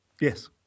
Yes